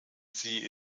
sie